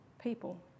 people